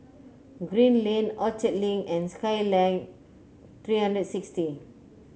Green Lane Orchard Link and Skyline Three hundred and sixty